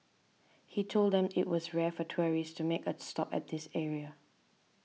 he told them it was rare for tourists to make a stop at this area